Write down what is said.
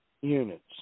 units